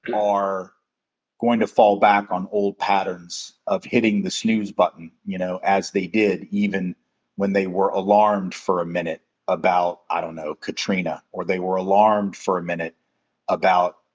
are going to fall back on old patterns of hitting the snooze button, you know, as they did even when they were alarmed for a minute about, i don't know, katrina, or they were alarmed for a minute about,